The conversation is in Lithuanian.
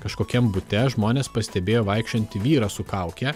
kažkokiam bute žmonės pastebėjo vaikščiojantį vyrą su kauke